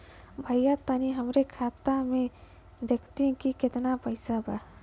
भईया तनि हमरे खाता में देखती की कितना पइसा बा?